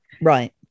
Right